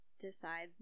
decide